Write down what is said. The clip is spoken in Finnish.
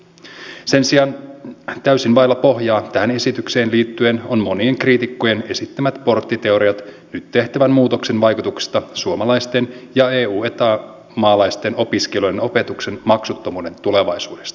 sen sijaan täysin vailla pohjaa tähän esitykseen liittyen ovat monien kriitikkojen esittämät porttiteoriat nyt tehtävän muutoksen vaikutuksista suomalaisten ja eu ja eta maalaisten opiskelijoiden opetuksen maksuttomuuden tulevaisuudesta